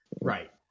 Right